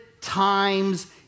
Times